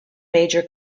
major